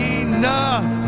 enough